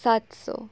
સાતસો